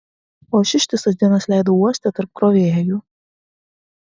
o aš ištisas dienas leidau uoste tarp krovėjų